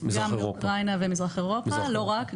גם מאוקראינה ומזרח אירופה, לא רק.